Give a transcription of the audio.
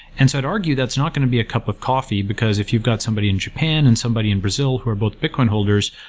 and so at argue, that's not going to be a cup of coffee because if you've got somebody in japan and somebody in brazil who are both bitcoin holders,